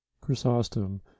Chrysostom